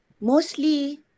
mostly